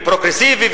ופרוגרסיבי,